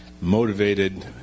motivated